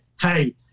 hey